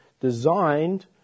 designed